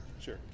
Sure